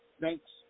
thanks